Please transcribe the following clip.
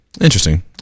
interesting